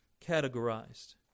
categorized